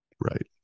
Right